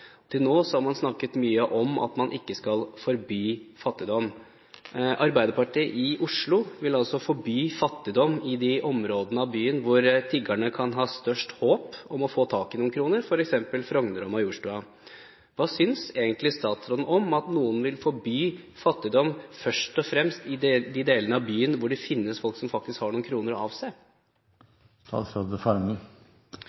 Til nå har man snakket mye om at man ikke skal forby fattigdom. Arbeiderpartiet i Oslo vil forby fattigdom i de områdene av byen hvor tiggerne kan ha størst håp om å få tak i noen kroner, f.eks. på Frogner og Majorstua. Hva synes egentlig statsråden om at noen vil forby fattigdom først og fremst i de delene av byen hvor det finnes folk som faktisk har noen kroner